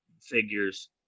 figures